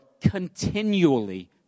continually